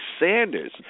Sanders